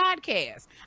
podcast